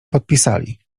podpisali